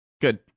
good